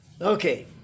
Okay